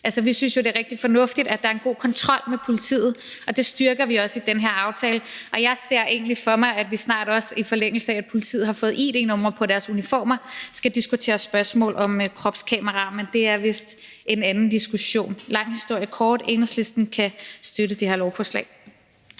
Altså, vi synes jo, det er rigtig fornuftigt, at der er en god kontrol med politiet, og det styrker vi også i den her aftale, og jeg ser egentlig for mig, at vi også snart i forlængelse af, at politiet har fået id-numre på deres uniformer, skal diskutere spørgsmål om kropskameraer. Men det er vist en anden diskussion. En lang historie kort: Enhedslisten kan støtte det her lovforslag.